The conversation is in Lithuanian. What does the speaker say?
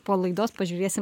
po laidos pažiūrėsim